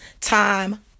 time